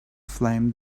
flame